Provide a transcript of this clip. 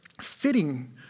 fitting